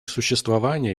существование